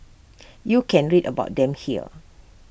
you can read about them here